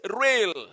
real